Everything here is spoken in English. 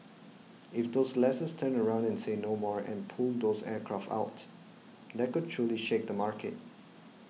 if those lessors turn around and say 'no more' and pull those aircraft out that could truly shake the market